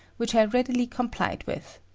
which i readily complied with.